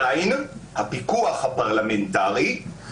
אני לא מבין איך אנחנו עדיין נמצאים בנקודה